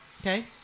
okay